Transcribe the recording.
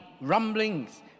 rumblings